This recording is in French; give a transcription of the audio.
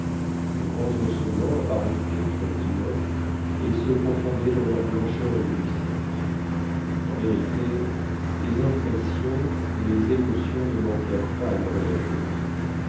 de grands ours blancs apparaissaient entre les hummocks et se confondaient dans leur blancheur éblouissante en vérité les impressions les émotions ne manquèrent pas à la voyageuse